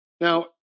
Now